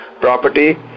property